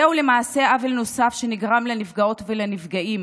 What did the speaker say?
זהו למעשה עוול נוסף שנגרם לנפגעות ולנפגעים,